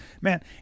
man